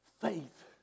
faith